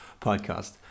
podcast